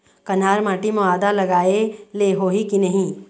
कन्हार माटी म आदा लगाए ले होही की नहीं?